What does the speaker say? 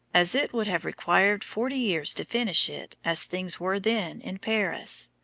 as it would have required forty years to finish it as things were then in paris.